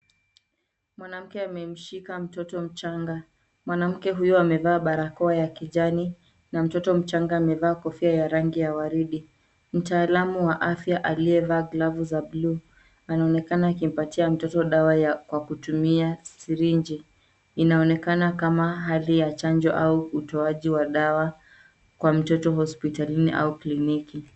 Mwanamke amemshika mtoto mchanga. Mwanamke huyo amevaa barakoa ya kijani na mtoto mchanga amevaa kofia ya rangi ya waridi. Mtaalamu wa afya aliyevaa glavu za bluu anaonekana akimpatia mtoto dawa ya kwa kutumia sirinji. Inaonekana kama hali ya chanjo au utoaji wa dawa kwa mtoto hospitalini au kliniki.